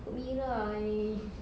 ikut mirah ah ini